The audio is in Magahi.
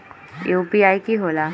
यू.पी.आई कि होला?